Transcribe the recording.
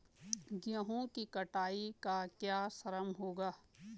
गेहूँ की कटाई का क्या श्रम होगा?